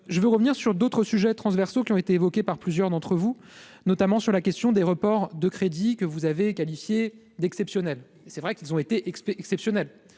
je veux revenir sur d'autres sujets transversaux qui ont été évoqués par plusieurs d'entre vous, notamment sur la question des reports de crédits que vous avez qualifié d'exceptionnel, c'est vrai qu'ils ont été explique